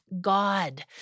God